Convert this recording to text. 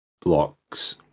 blocks